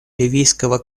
ливийского